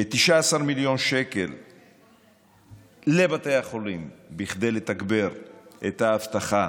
19 מיליון שקל לבתי החולים כדי לתגבר את האבטחה